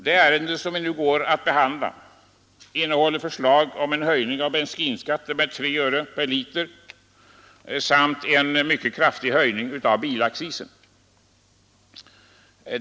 Det ärende som vi nu behandlar innehåller förslag om en höjning av bensinskatten med 3 öre per liter samt en mycket kraftig höjning av bilaccisen.